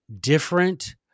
different